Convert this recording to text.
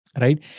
right